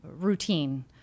routine